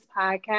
Podcast